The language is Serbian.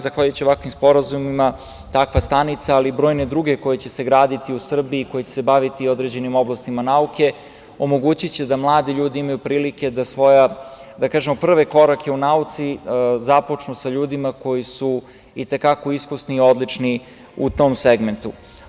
Zahvaljujući ovakvim sporazumima takva stanica, ali i brojne druge koje će se graditi u Srbiji koje će se baviti određenim oblastima nauke omogućiće da mladi ljudi imaju prilike da svoje prve korake u nauci započnu sa ljudima koji su i te kako iskusni i odlični u tom segmentu.